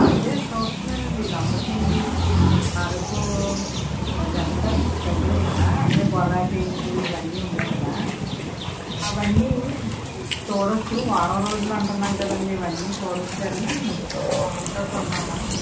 అదే చూస్తున్నాను అండి లంబసింగి అరకు అవి అక్కడ దగ్గర కదా అంటే బొర్రా కేవ్స్ ఇవన్నీ ఉన్నాయి కదా అవన్నీ చూడవచ్చు వారం రోజులు అంటున్నాం కదండి ఇవన్నీ చూడవచ్చు అని ప్లాన్తో ఉన్నాము